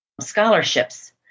scholarships